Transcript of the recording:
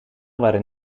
waren